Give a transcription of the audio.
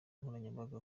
nkoranyambaga